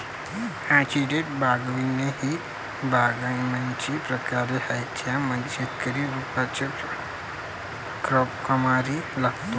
orchard बागवानी ही बागकामाची प्रक्रिया आहे ज्यामध्ये शेतकरी रोपांची क्रमवारी लावतो